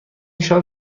شال